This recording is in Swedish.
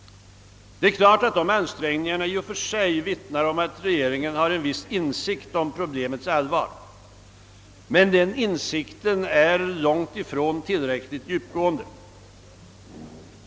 Det är klart att dessa ansträngningar i och för sig vittnar om att regeringen har en viss insikt om problemets allvar. Men denna insikt är långt ifrån tillräckligt djupgående.